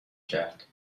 کرد